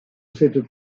cette